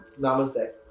Namaste